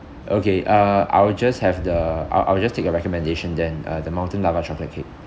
okay uh I will just have the I I will just take your recommendation then uh the molten lava chocolate cake